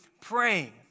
praying